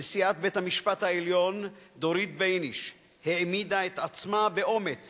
נשיאת בית-המשפט העליון דורית בייניש העמידה את עצמה באומץ